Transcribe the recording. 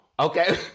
Okay